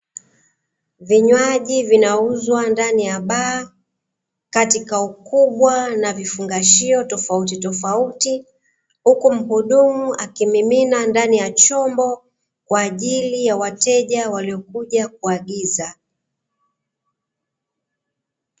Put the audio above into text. Vinywaji vinauzwa ndani ya baa, katika ukubwa na vifungashio tofautitofauti, huku mhudumu akimimina ndani ya chombo kwa ajili ya wateja waliokuja kuagiza.